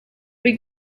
big